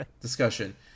discussion